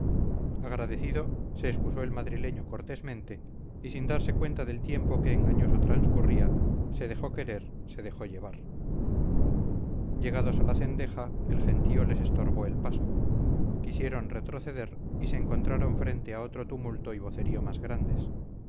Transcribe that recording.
general victorioso agradecido se excusó el madrileño cortésmente y sin darse cuenta del tiempo que engañoso transcurría se dejó querer se dejó llevar llegados a la cendeja el gentío les estorbó el paso quisieron retroceder y se encontraron frente a otro tumulto y vocerío más grandes